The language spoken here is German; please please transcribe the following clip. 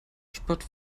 spart